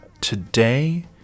today